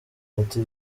ati